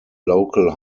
local